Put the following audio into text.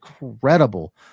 incredible